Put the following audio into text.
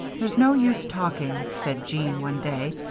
there's no use talking, said jean, one day,